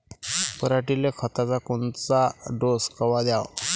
पऱ्हाटीले खताचा कोनचा डोस कवा द्याव?